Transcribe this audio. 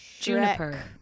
Juniper